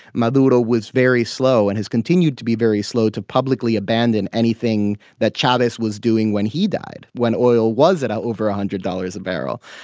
maduro was very slow and has continued to be very slow to publicly abandon anything that chavez was doing when he died, when oil was at over one hundred dollars a barrel,